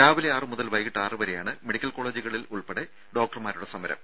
രാവിലെ ആറ് മുതൽ വൈകീട്ട് ആറ് വരെയാണ് മെഡിക്കൽ കോളജുകളിൽ ഉൾപ്പെടെ ഡോക്ടർമാരുടെ സമരം